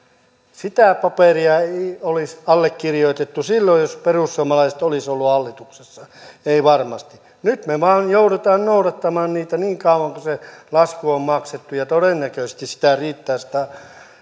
sitä paperia ei olisi allekirjoitettu silloin jos perussuomalaiset olisivat olleet hallituksessa ei varmasti nyt me vain joudumme noudattamaan niitä niin kauan kuin se lasku on maksettu ja todennäköisesti sitä